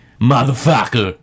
motherfucker